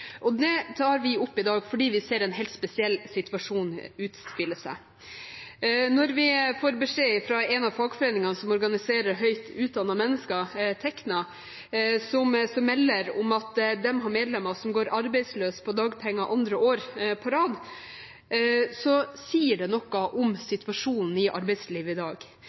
Det tar vi opp i dag, fordi vi ser en helt spesiell situasjon utspille seg. Når vi får beskjed fra en av fagforeningene som organiserer høyt utdannede mennesker, Tekna, om at de har medlemmer som går arbeidsløse på dagpenger på andre året på rad, sier det noe om situasjonen i arbeidslivet i dag.